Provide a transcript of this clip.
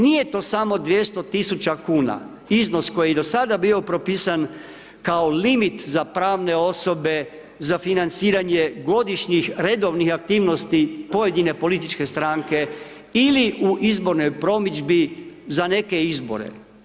Nije to samo 200.000,00 kuna, iznos koji je do sada bio propisan kao limit za pravne osobe za financiranje godišnjih redovnih aktivnosti pojedine političke stranke, ili u izbornoj promidžbi za neke izbore.